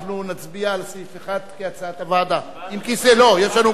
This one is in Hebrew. אני קובע שלאחר סעיף 1 לא נתקבלה